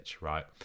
right